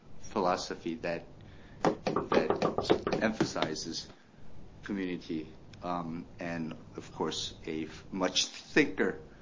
philosophy that that emphasizes community and of course, a much thicker,